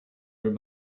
were